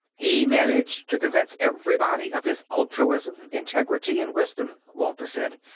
he managed to convince everybody of his altruism, integrity and wisdom, walter said.